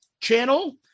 channel